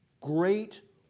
great